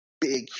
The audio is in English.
big